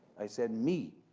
i said, me.